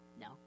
No